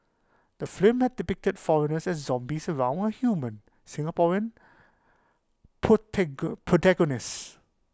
the film had depicted foreigners as zombies around our human Singaporean protagonist